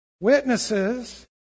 witnesses